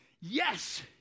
yes